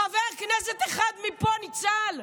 חבר כנסת אחד מפה ניצל?